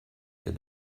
cas